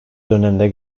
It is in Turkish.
dönemde